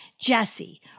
Jesse